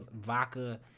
vodka